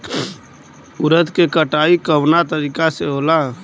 उरद के कटाई कवना तरीका से होला?